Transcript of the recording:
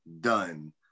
done